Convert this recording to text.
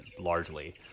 largely